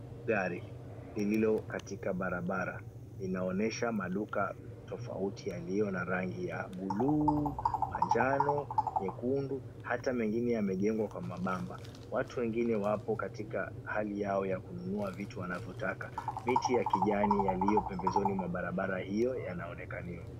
Gari lililo katika barabara inaonyesha maduka tofauti ya rangi ya buluu, manjano, nyekundu hata mengine yamejengwa Kwa mabanda. Watu wengine wapo katika hali yao yakununua vitu wanavotaka. Miti ya kijani yaliyo pembezoni mwa barabara hiyo yanaonekania.